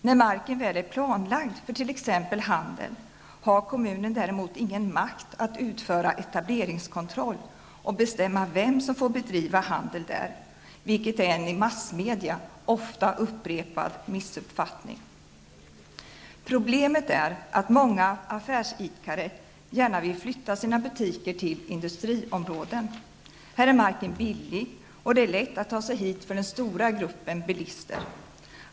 När marken väl är planlagd för t.ex. handel har kommunen däremot ingen makt att utföra ''etableringskontroll'' och bestämma vem som får bedriva handel där, vilket är en i massmedia ofta upprepad missuppfattning. Problemet är att många affärsidkare gärna vill flytta sina butiker till industriområden. Här är marken billig och det är lätt att ta sig hit för den stora gruppen bilister.